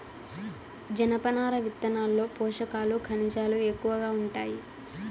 జనపనార విత్తనాల్లో పోషకాలు, ఖనిజాలు ఎక్కువగా ఉంటాయి